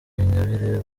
ingabire